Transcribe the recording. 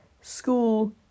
school